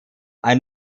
ein